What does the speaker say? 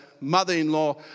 mother-in-law